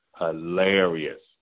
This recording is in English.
hilarious